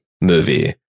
movie